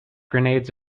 grenades